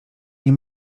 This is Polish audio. nie